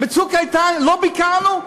ב"צוק איתן" לא ביקרנו?